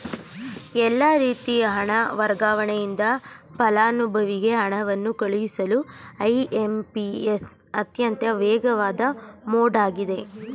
ಎಲ್ಲಾ ರೀತಿ ಹಣ ವರ್ಗಾವಣೆಗಿಂತ ಫಲಾನುಭವಿಗೆ ಹಣವನ್ನು ಕಳುಹಿಸಲು ಐ.ಎಂ.ಪಿ.ಎಸ್ ಅತ್ಯಂತ ವೇಗವಾದ ಮೋಡ್ ಆಗಿದೆ